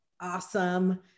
awesome